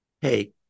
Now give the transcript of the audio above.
Hey